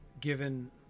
given